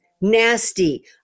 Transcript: nasty